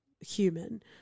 human